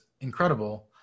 incredible